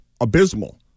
abysmal